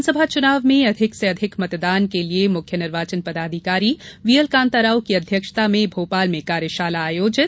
विधानसभा चुनाव में अधिक से अधिक मतदान के लिये मुख्य निर्वाचन पदाधिकारी वीएल कांताराव की अध्यक्षता में भोपाल में कार्यशाला आयोजित